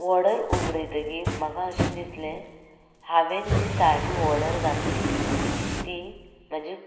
order उगडयतकीर म्हाका अशें दिसलें हांवेन जी साडी वॉर्डर घातलेली ती म्हाजी